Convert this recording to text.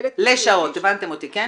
כן,